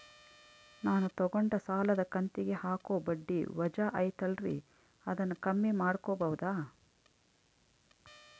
ನಾನು ತಗೊಂಡ ಸಾಲದ ಕಂತಿಗೆ ಹಾಕೋ ಬಡ್ಡಿ ವಜಾ ಐತಲ್ರಿ ಅದನ್ನ ಕಮ್ಮಿ ಮಾಡಕೋಬಹುದಾ?